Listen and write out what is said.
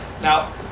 Now